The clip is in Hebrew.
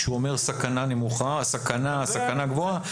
כשהוא אומר סכנה נמוכה או סכנה גבוהה,